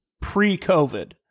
pre-COVID